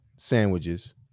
sandwiches